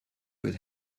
would